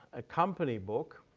a company book,